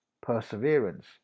Perseverance